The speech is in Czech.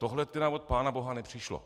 Tohle teda od pánaboha nepřišlo.